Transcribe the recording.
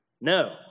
No